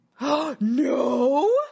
No